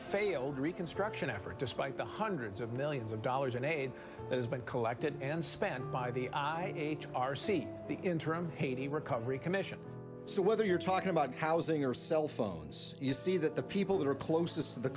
failed reconstruction effort despite the hundreds of millions of dollars in aid that has been collected and spent by the i r c the interim haiti recovery commission so whether you're talking about housing or cell phones you see that the people that are closest t